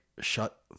shut